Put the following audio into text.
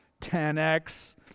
10X